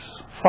five